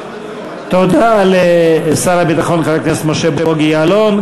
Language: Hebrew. תודה לשר הביטחון חבר הכנסת משה בוגי יעלון.